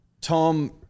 tom